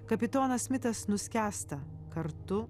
kapitonas smitas nuskęsta kartu